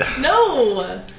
No